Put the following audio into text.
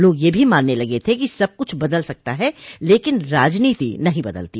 लोग यह भी मानने लगे थे कि सबकुछ बदल सकता है लेकिन राजनीति नहीं बदलती